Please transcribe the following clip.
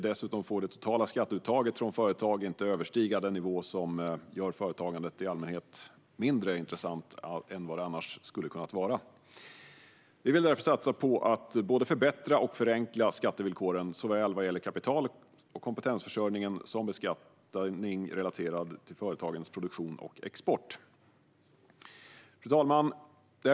Dessutom får det totala skatteuttaget från företag inte överstiga den nivå som gör företagandet i allmänhet mindre intressant än vad det annars skulle ha kunnat vara. Vi vill därför satsa på att både förbättra och förenkla skattevillkoren såväl vad gäller kapital och kompetensförsörjning som vad gäller beskattning relaterad till företagens produktion och export. Fru talman!